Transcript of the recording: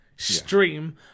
stream